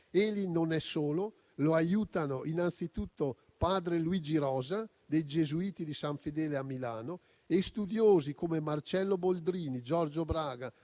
Egli non è solo: lo aiutano innanzitutto padre Luigi Rosa dei Gesuiti di San Fedele a Milano e studiosi come Marcello Boldrini, Giorgio Braga,